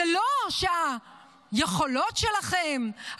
זה לא שהיכולות שלכם,